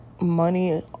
money